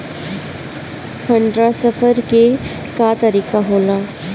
Fund transfer के का तरीका होला?